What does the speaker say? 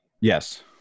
Yes